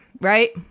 right